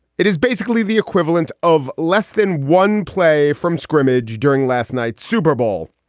it is basically the equivalent of less than one play from scrimmage during last night's super bowl.